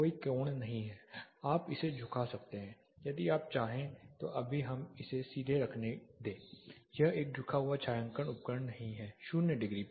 कोई कोण नहीं है आप इसे झुका सकते हैं यदि आप चाहें तो अभी हमें इसे सीधे रखने दें यह एक झुका हुआ छायांकन उपकरण नहीं है 0 डिग्री